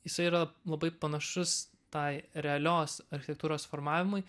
jisai yra labai panašus tai realios architektūros formavimui